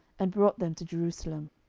and brought them to jerusalem.